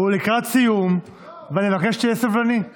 את